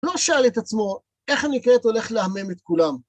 לא שאל את עצמו איך אני כעת הולך להמם את כולם